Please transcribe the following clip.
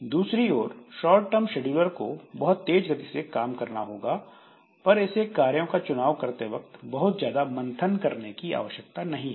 दूसरी ओर short term scheduler को बहुत तेज गति से काम करना होगा पर इसे कार्यों का चुनाव करते वक्त बहुत ज्यादा मंथन करने की आवश्यकता नहीं है